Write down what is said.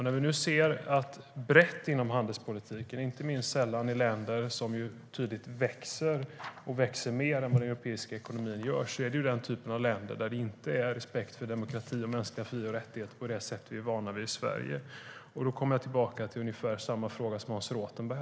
När vi ser brett på handelspolitiken inser vi att länder vars ekonomi tydligt växer mer än vad den europeiska ekonomin gör ofta är länder där det inte råder respekt för demokrati och mänskliga fri och rättigheter på det sätt vi är vana vid i Sverige. Jag har ungefär samma fråga som Hans Rothenberg.